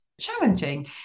challenging